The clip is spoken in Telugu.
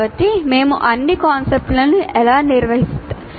కాబట్టి మేము అన్ని కాన్సెప్తులను ఎలా నిర్వహిస్తాము